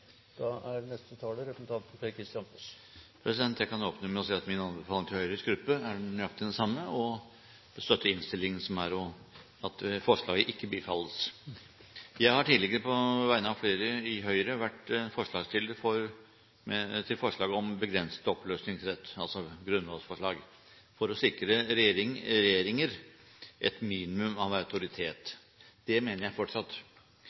Jeg kan åpne med å si at min anbefaling til Høyres gruppe er nøyaktig den samme, å støtte innstillingen, og at forslaget ikke bifalles. Jeg har tidligere på vegne av flere i Høyre vært forslagsstiller til forslaget om begrenset oppløsningsrett – altså et grunnlovsforslag – for å sikre regjeringer et minimum av autoritet. Det mener jeg fortsatt,